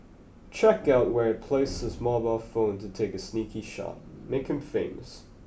check out where he place his mobile phone to take a sneaky shot make him famous